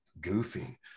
goofy